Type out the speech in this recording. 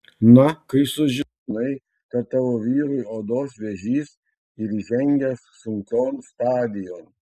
na kai sužinai kad tavo vyrui odos vėžys ir įžengęs sunkion stadijon